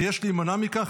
ויש להימנע מכך".